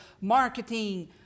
marketing